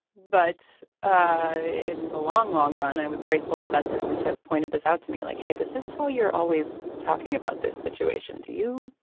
but in the long long ron i was grateful for that person to have pointed this out to me like hey this is how you're always talking about this situation to you.